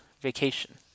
vacation